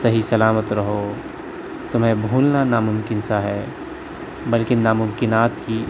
صحیح سلامت رہو تمہیں بھولنا نا ممکن سا ہے بالکہ نا ممکن کی